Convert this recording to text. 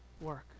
work